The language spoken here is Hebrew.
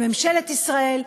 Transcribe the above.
בממשלת ישראל,